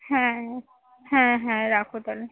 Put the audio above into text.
হ্যাঁ হ্যাঁ হ্যাঁ রাখো তাহলে